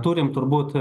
turim turbūt